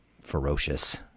ferocious